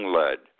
led